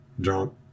drunk